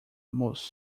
most